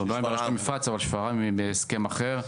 שפרעם היא בהסכם אחר,